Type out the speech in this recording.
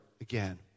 again